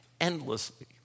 endlessly